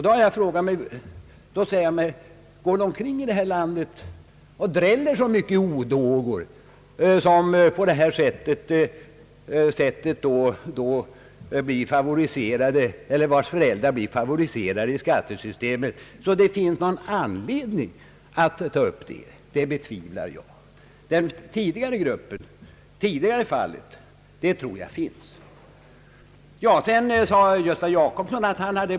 Då frågar jag mig: Dräller det omkring så många odågor här i landet, vilkas föräldrar blir favoriserade vid beskattningen, att det finns någon anledning att ta upp en sådan debatt? Det betvivlar jag. Det tidigare fallet, barn som på grund av sjukdom inte själva kan klara sitt uppehälle, tror jag förekommer.